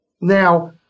Now